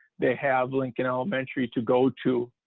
they have lincoln elementary to go to.